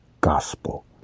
gospel